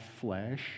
flesh